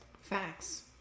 Facts